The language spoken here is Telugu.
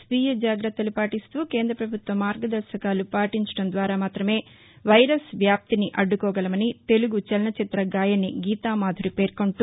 స్వీయ జాగ్రత్తలు పాటిస్తూ కేంద్ర పభుత్వ మార్గదర్శకాలు పాటించడం ద్వారా మాత్రమే వైరస్ వ్యాప్తిని అడ్డుకోగలమని తెలుగు చలనచిత్ర గాయని గీతామాధురి పేర్కొంటూ